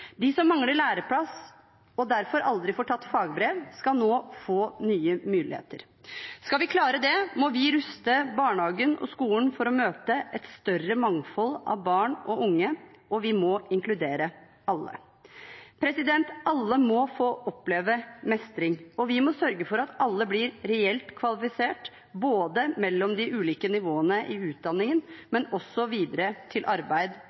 De som mangler læreplass og derfor aldri får tatt fagbrev, skal nå få nye muligheter. Skal vi klare det, må vi ruste barnehagen og skolen for å møte et større mangfold av barn og unge, og vi må inkludere alle. Alle må få oppleve mestring, og vi må sørge for at alle blir reelt kvalifisert, både mellom de ulike nivåene i utdanningen og også videre til arbeid